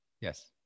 Yes